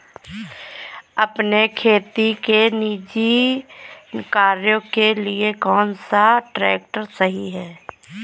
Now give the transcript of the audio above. अपने खेती के निजी कार्यों के लिए कौन सा ट्रैक्टर सही है?